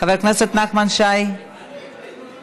חבר הכנסת נחמן שי, מדבר?